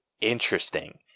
Interesting